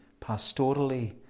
pastorally